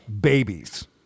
babies